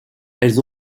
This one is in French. elles